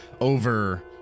over